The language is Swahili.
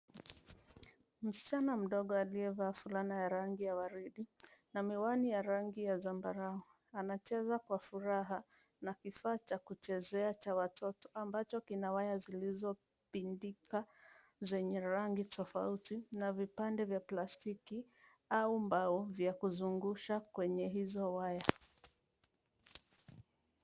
Mvulana mdogo aliyevaa fulana ya rangi ya waridi na miwani ya rangi ya zambarau, anacheza kwa furaha na kifaa cha kuchezea cha watoto ambacho kina waya zilizopindika zenye rangi tofauti na vipande vya plastiki, au mbao vya kuzungusha kwenye hizo waya.